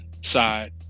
side